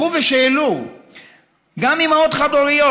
לכו ושאלו גם אימהות חד-הוריות,